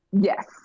Yes